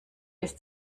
ist